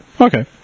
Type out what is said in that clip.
Okay